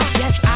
yes